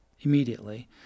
immediately